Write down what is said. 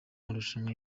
marushanwa